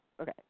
Okay